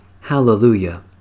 Hallelujah